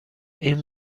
این